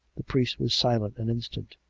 the priest was silent an instant.